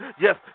Yes